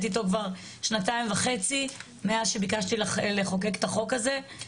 איתו כבר שנתיים וחצי מאז שביקשתי לחוקק את החוק הזה,